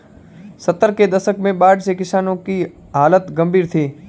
सत्तर के दशक में बाढ़ से किसानों की हालत गंभीर थी